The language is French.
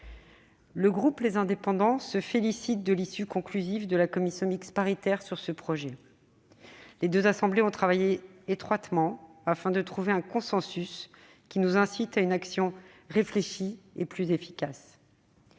Le groupe Les Indépendants se félicite de l'issue conclusive de la commission mixte paritaire sur ce projet de loi. Les deux assemblées ont travaillé étroitement afin de trouver un consensus qui nous incite à une action réfléchie et plus efficace.